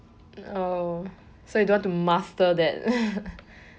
oh so you don't want to master that